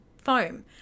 foam